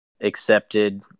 accepted